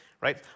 right